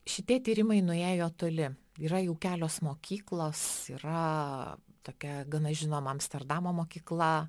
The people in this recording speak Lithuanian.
šitie tyrimai nuėjo toli yra jau kelios mokyklos yra tokia gana žinoma amsterdamo mokykla